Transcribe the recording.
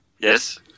Yes